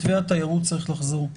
מתווה התיירות צריך לחזור.